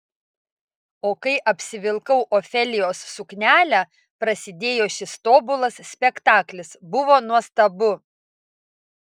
o kai apsivilkau ofelijos suknelę prasidėjo šis tobulas spektaklis buvo nuostabu